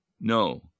No